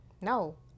No